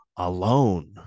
Alone